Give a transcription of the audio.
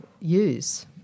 use